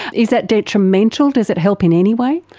is that detrimental? does it help in any way?